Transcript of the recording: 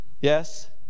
Yes